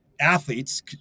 Athletes